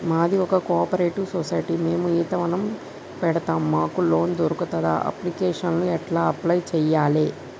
మాది ఒక cooperative society మేము ఈత వనం పెడతం మాకు లోన్ దొర్కుతదా? అప్లికేషన్లను ఎట్ల అప్లయ్ చేయాలే?